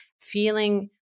feeling –